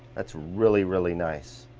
that's really really nice.